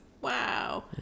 Wow